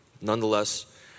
Nonetheless